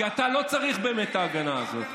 כי אתה לא צריך באמת את ההגנה הזאת.